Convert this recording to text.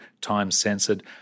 time-censored